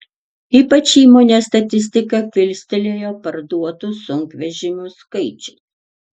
ypač įmonės statistiką kilstelėjo parduotų sunkvežimių skaičius